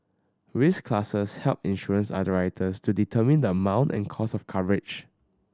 risk classes help insurance underwriters to determine the amount and cost of coverage